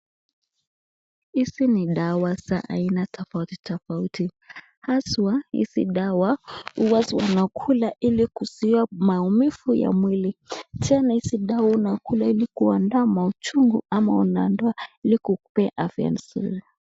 Hizi ni dawa za aina tofauti tofauti haswa hizi dawa huwa wanakula ili kuzuia maumivu ya mwili tena hizi dawa unakula ili kuondoa mauchungu ama unaondoa ili kukupea afya mzuri.